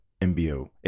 MBO